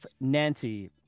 Nancy